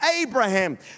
Abraham